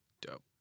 Dope